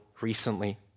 recently